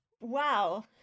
Wow